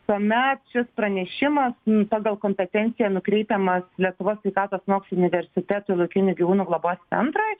tuomet šis pranešimas pagal kompetenciją nukreipiamas lietuvos sveikatos mokslų universitetui laukinių gyvūnų globos centrui